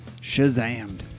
Shazammed